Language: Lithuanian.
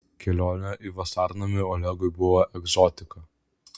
kelionė į vasarnamį olegui buvo egzotika